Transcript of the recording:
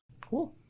Cool